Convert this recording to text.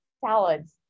salads